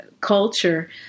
culture